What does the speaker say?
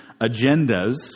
agendas